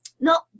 no